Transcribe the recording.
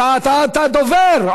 אתה דובר.